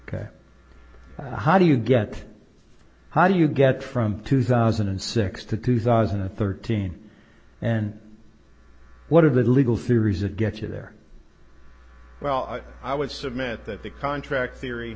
ok how do you get how do you get from two thousand and six to two thousand and thirteen and what are the legal theories that get you there well i would submit that the contract theory